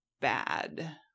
bad